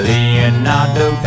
Leonardo